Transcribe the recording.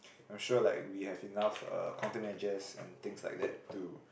I'm sure like we have enough uh counter measures and things like that to